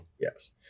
Yes